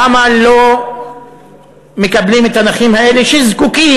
למה לא מקבלים את הנכים האלה שזקוקים